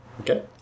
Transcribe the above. Okay